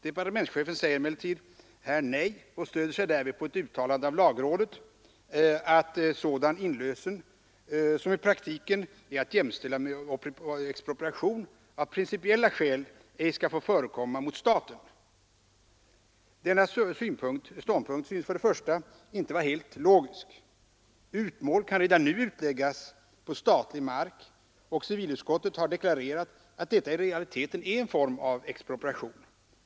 Departementschefen säger emellertid här nej och stöder sig därvid på ett uttalande av lagrådet, att sådan inlösen som i praktiken är att jämställa med expropriation av principiella skäl ej skall få förekomma mot staten. Denna ståndpunkt synes inte vara helt logisk. Utmål kan redan nu utläggas på statlig mark, och civilutskottet har deklarerat att detta i realiteten är en form av expropriation.